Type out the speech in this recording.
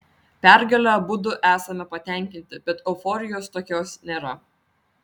pergale abudu esame patenkinti bet euforijos tokios nėra